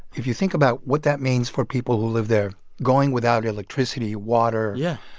if you think about what that means for people who live there going without electricity, water. yeah.